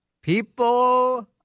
People